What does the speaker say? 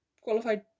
qualified